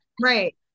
right